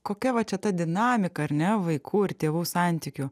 kokia va čia ta dinamika ar ne vaikų ir tėvų santykių